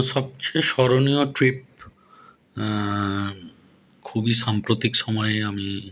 সবচেয়ে স্মরণীয় ট্রিপ খুবই সাম্প্রতিক সময়ে আমি